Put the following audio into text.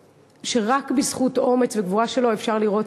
רק בזכות האומץ והגבורה שלו אפשר לראות